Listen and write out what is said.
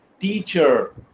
teacher